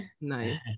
Nice